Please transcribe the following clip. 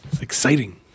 Exciting